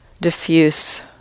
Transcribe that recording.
diffuse